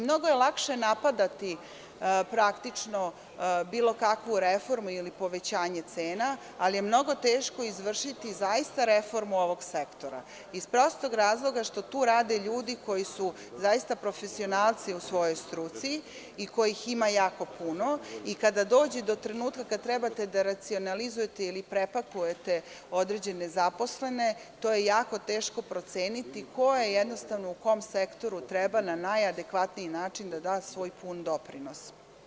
Mnogo je lakše napadati bilo kakvu reformu ili povećanje cena, ali je mnogo teško izvršiti zaista reformu ovog sektora, iz prostog razloga što tu rade ljudi koji su zaista profesionalci u svojoj struci i kojih ima jako puno i kada dođe do trenutka kada trebate da racionalizujete ili prepakujete određene zaposlene, to je jako teško proceniti ko u kom sektoru treba na najadekvatniji način da da svoj pun doprinos.